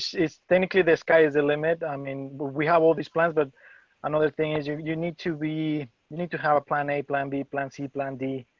it's technically, the sky's the limit. i mean, we have all these plans. but another thing is you you need to be need to have a plan, a plan b plan c plan d.